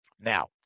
Now